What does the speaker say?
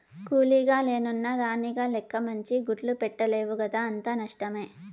కూలీగ లెన్నున్న రాణిగ లెక్క మంచి గుడ్లు పెట్టలేవు కదా అంతా నష్టమే